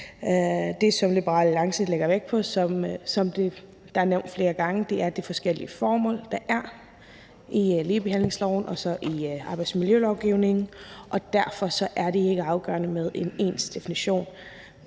nævnt flere gange, er, at der er forskellige formål i ligebehandlingsloven og i arbejdsmiljølovgivningen, og derfor er det ikke afgørende med en ens definition.